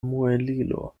muelilo